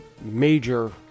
major